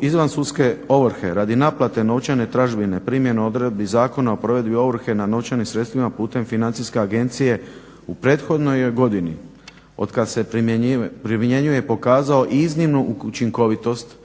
izvansudske ovrhe radi naplate novčane tražbine primjeni odredbi Zakona o provedbi ovrhe na novčanim sredstvima putem financijske agencije u prethodnoj je godini od kada se primjenjuje pokazao iznimnu učinkovitost